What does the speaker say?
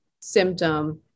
symptom